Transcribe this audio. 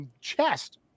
chest